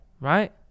right